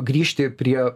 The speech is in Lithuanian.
grįžti prie